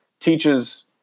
teaches